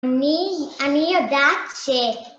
אני יודעת ש...